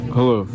Hello